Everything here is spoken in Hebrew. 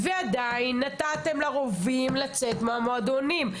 ועדיין, נתתם לרובים לצאת מהמועדונים.